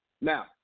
now